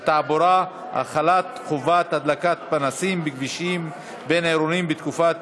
התעבורה (החלת חובת הדלקת פנסים בכבישים בין-עירוניים בתקופה